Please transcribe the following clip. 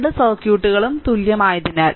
2 സർക്യൂട്ടുകൾ തുല്യമായതിനാൽ